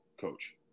coach